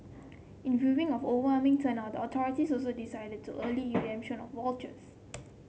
in viewing of overwhelming turnout the authorities also decided to early of vouchers